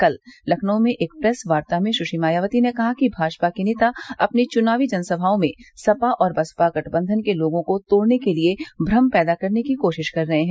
कल लखनऊ में एक प्रेस वार्ता में सुश्री मायावती ने कहा कि भाजपा के नेता अपनी च्नावी जनसभाओं में सपा और बसपा गठबंधन के लोगों को तोड़ने के लिए भ्रम पैदा करने की कोशिश कर रहे हैं